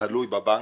שתלוי בבנקים,